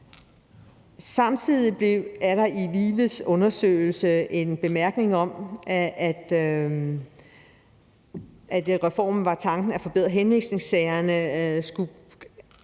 Samtidig er der i VIVE's undersøgelse en bemærkning om, at det med reformen var tanken, at henvisningssagerne skulle